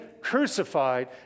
crucified